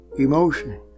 emotion